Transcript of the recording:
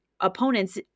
opponents